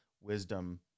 wisdom